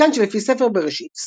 מכאן שלפי ספר בראשית,